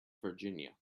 virginia